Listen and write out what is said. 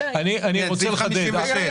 אדוני היושב-ראש,